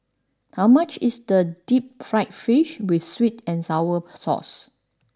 how much is the Deep Fried Fish with sweet and sour sauce